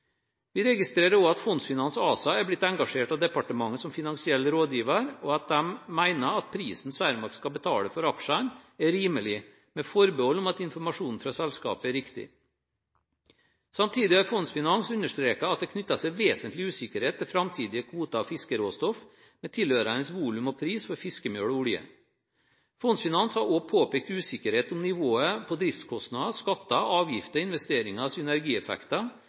Vi registrerer også at Fondsfinans ASA er blitt engasjert av departementet som finansiell rådgiver, og at de mener at prisen Cermaq skal betale for aksjene, er rimelig, med forbehold om at informasjonen fra selskapet er riktig. Samtidig har Fondsfinans understreket at det knytter seg vesentlig usikkerhet til framtidige kvoter av fiskeråstoff, med tilhørende volum- og prisutsikter for fiskemel og -olje. Fondsfinans har også påpekt usikkerhet om nivået på driftskostnader, skatter, avgifter, investeringer og synergieffekter